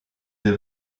des